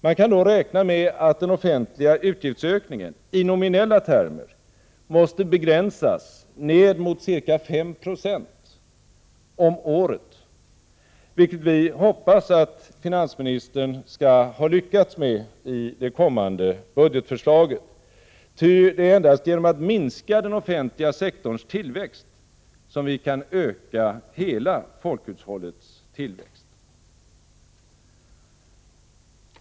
Man kan då räkna med att den offentliga utgiftsökningen i nominella termer måste begränsas ned mot ca 5 96 om året, vilket vi hoppas att finansministern skall ha lyckats med i det kommande budgetförslaget. Ty det är endast genom att minska den offentliga sektorns tillväxt som vi kan öka hela folkhushållets tillväxt.